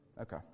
Okay